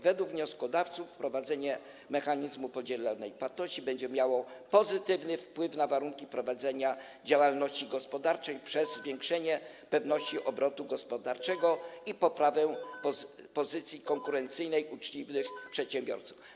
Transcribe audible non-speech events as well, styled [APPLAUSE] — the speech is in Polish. Według wnioskodawców wprowadzenie mechanizmu podzielonej płatności będzie miało pozytywny wpływ na warunki prowadzenia działalności gospodarczej przez zwiększenie pewności obrotu [NOISE] gospodarczego i poprawę pozycji konkurencyjnej uczciwych przedsiębiorców.